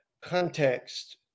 context